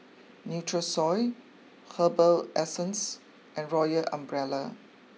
Nutrisoy Herbal Essences and Royal Umbrella